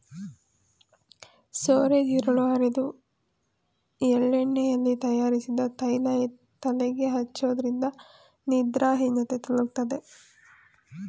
ಸೋರೆತಿರುಳು ಅರೆದು ಎಳ್ಳೆಣ್ಣೆಯಲ್ಲಿ ತಯಾರಿಸಿದ ತೈಲ ತಲೆಗೆ ಹಚ್ಚೋದ್ರಿಂದ ನಿದ್ರಾಹೀನತೆ ತೊಲಗ್ತದೆ